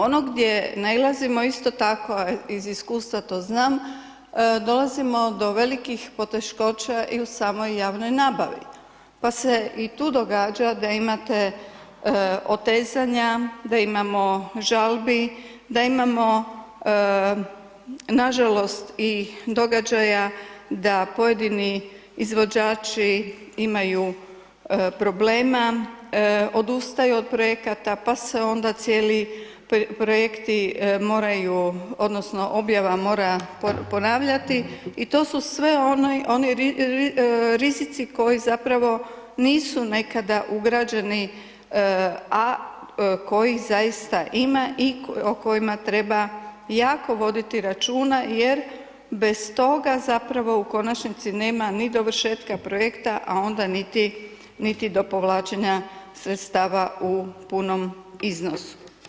Ono gdje nailazimo isto tako, a iz iskustva to znam, dolazimo do velikih poteškoća i u samoj javnoj nabavi pa se i tu događa da imate otezanja, da imamo žalbi, da imamo nažalost i događaja da pojedini izvođači imaju problema, odustaju od projekata pa se onda cijeli projekti moraju odnosno objava mora ponavljati i to su sve oni rizici koji zapravo nisu nekada ugrađeni, a kojih zaista ima i o kojima treba jako voditi računa jer bez toga zapravo u konačnici nema ni dovršetka projekta, a onda niti do povlačenja sredstava u punom iznosu.